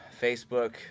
Facebook